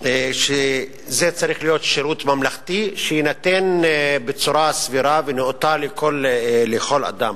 שזה צריך להיות שירות ממלכתי שיינתן בצורה סבירה ונאותה לכל אדם.